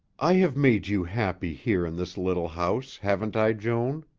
i have made you happy here in this little house, haven't i, joan?